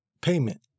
payment